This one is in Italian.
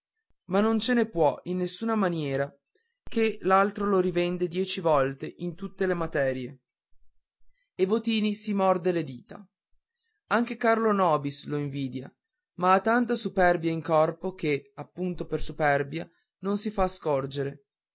ma non ce ne può in nessuna maniera ché l'altro lo rivende dieci volte in tutte le materie e votini si morde le dita anche carlo nobis lo invidia ma ha tanta superbia in corpo che appunto per superbia non si fa scorgere